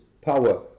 power